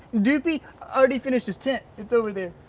doopey already finished his tent, it's over there.